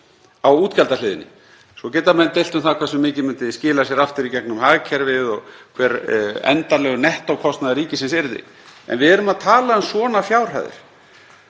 á útgjaldahliðinni. Svo geta menn deilt um það hversu mikið myndi skila sér aftur í gegnum hagkerfið og hver endanlegur nettókostnaður ríkisins yrði en við erum að tala um svona fjárhæðir.